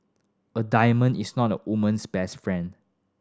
a diamond is not a woman's best friend